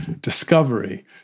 discovery